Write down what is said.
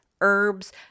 herbs